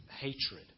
hatred